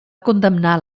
condemnar